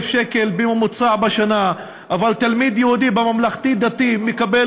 שקל בממוצע בשנה אבל תלמיד יהודי בממלכתי-דתי מקבל